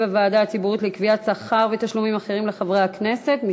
הוועדה הציבורית לקביעת שכר ותשלומים אחרים לחברי הכנסת.